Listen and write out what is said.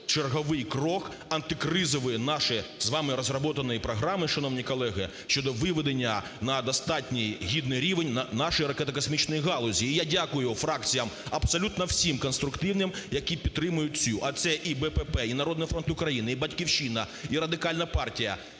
черговий крок антикризової нашої з вами розробленої програми, шановні колеги, щодо виведення на достатній гідний рівень нашої ракетно-космічної галузі. І я дякую фракціям абсолютно всім конструктивним, які підтримують цю… а це і БПП, і "Народний фронт" України, і "Батьківщина", і Радикальна партія,